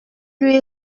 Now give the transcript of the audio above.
lui